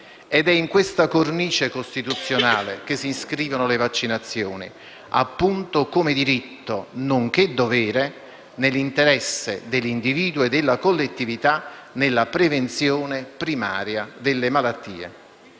È in questa cornice costituzionale che si inscrivono le vaccinazioni, appunto come diritto nonché dovere nell'interesse dell'individuo e della collettività nella prevenzione primaria delle malattie.